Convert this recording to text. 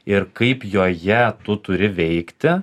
ir kaip joje tu turi veikti